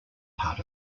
part